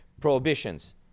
prohibitions